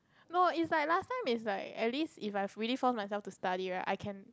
no is like last time is like at least if I fully force myself to study right I can